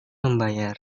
membayar